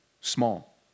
small